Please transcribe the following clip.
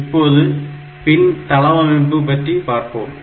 இப்போது பின் தளவமைப்பு பற்றி பார்ப்போம்